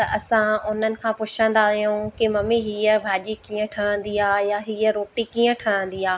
त असां उन्हनि खां पुछंदा आहियूं की मम्मी हीअं भाॼी कीअं ठवंदी आहे या हीअं रोटी कीअं ठहंदी आहे